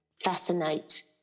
fascinate